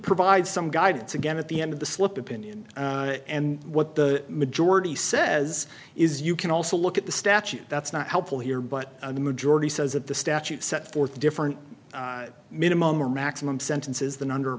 provide some guidance again at the end of the slip opinion and what the majority says is you can also look at the statute that's not helpful here but the majority says that the statute set forth different minimum or maximum sentences than under